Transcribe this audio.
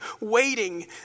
waiting